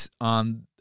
on